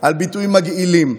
על ביטוי מגעילים.